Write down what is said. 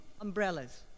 umbrellas